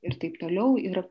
ir taip toliau ir